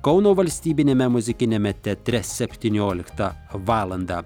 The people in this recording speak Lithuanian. kauno valstybiniame muzikiniame teatre septynioliktą valandą